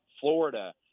Florida